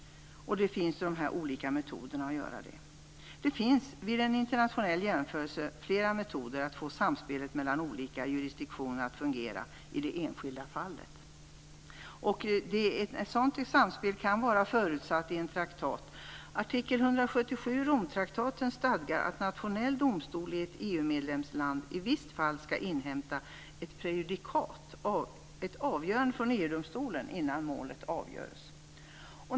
Det finns olika metoder för att göra detta. Vid en internationell jämförelse ser man att det finns flera metoder för att få samspelet mellan olika jurisdiktioner att fungera i det enskilda fallet. Ett sådant samspel kan vara förutsatt i en traktat. Artikel EU-medlemsland i visst fall skall inhämta ett prejudikat och ett avgörande från EU-domstolen innan målet avgörs.